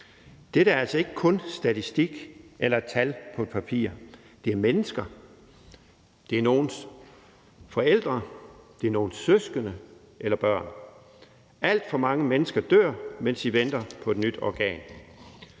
Dette er altså ikke kun statistik eller tal på et papir. Det er mennesker. Det er nogens forældre. Det er nogens søskende eller børn. Alt for mange mennesker dør, mens de venter på et nyt organ,